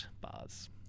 bars